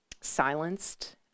silenced